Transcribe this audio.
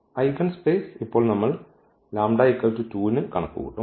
eigenspace ഇപ്പോൾ നമ്മൾ λ 2 ന് കണക്കുകൂട്ടും